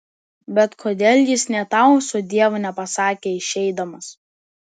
bet kodėl jis nė tau sudiev nepasakė išeidamas